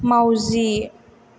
माउजि